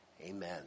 Amen